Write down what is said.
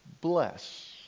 bless